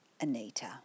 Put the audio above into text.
Anita